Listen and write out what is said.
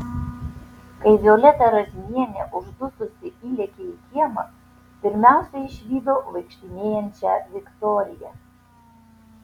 kai violeta razmienė uždususi įlėkė į kiemą pirmiausia išvydo vaikštinėjančią viktoriją